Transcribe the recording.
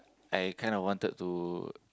I kind of wanted to